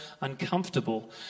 uncomfortable